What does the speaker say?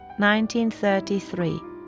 1933